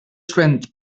strength